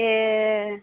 ए